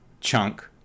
chunk